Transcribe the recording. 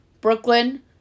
Brooklyn